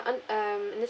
on um in the